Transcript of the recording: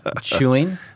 Chewing